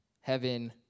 heaven